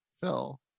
phil